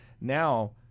Now